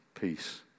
Peace